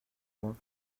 moi